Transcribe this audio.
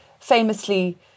famously